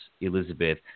Elizabeth